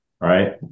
right